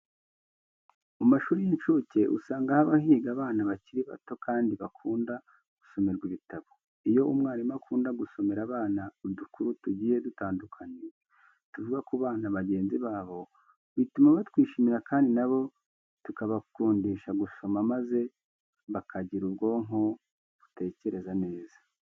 Mu mashuri y'incuke usanga haba higa abana bakiri bato kandi bakunda gusomerwa ibitabo. Iyo umwarimu akunda gusomera abana udukuru tugiye dutandukanye tuvuga ku bana bagenzi babo, bituma batwishimira kandi na bo tukabakundisha gusoma maze bakagira ubwonko butekereza neza.